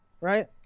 right